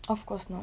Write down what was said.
of course not